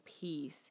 peace